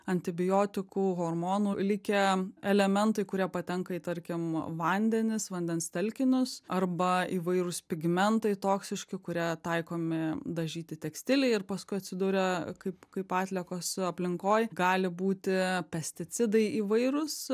antibiotikų hormonų likę elementai kurie patenka į tarkim vandenis vandens telkinius arba įvairūs pigmentai toksiški kurie taikomi dažyti tekstilei ir paskui atsiduria kaip kaip atliekos aplinkoj gali būti pesticidai įvairūs